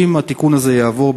אם התיקון הזה יעבור,